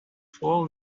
fall